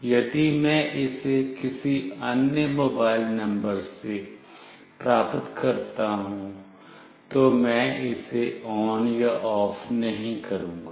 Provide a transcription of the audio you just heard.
यदि मैं इसे किसी अन्य मोबाइल नंबर से प्राप्त करता हूं तो मैं इसे on या off नहीं करूंगा